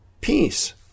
peace